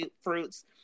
fruits